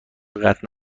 قطع